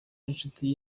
n’inshuti